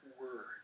word